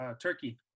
turkey